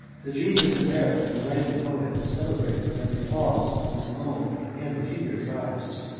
the genius and merit of a rising poet was celebrated by the applause of his own and the kindred tribes.